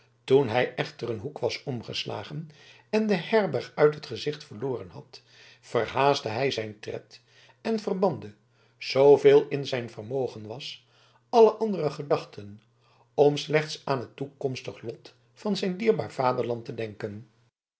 toen hij echter een hoek was omgeslagen en de herberg uit het gezicht verloren had verhaastte hij zijn tred en verbande zooveel in zijn vermogen was alle andere gedachten om slechts aan het toekomstig lot van zijn dierbaar vaderland te denken